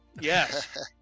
Yes